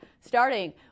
starting